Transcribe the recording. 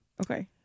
okay